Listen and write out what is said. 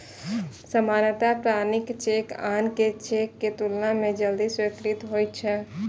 सामान्यतः प्रमाणित चेक आन चेक के तुलना मे जल्दी स्वीकृत होइ छै